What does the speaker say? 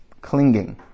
clinging